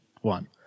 one